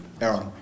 Aaron